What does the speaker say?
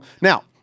Now